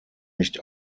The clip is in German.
nicht